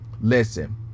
listen